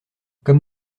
comme